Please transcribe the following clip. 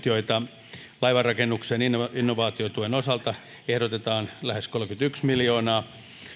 joita laivanrakennuksen innovaatiotuen osalta ehdotetaan lähes kolmekymmentäyksi miljoonaa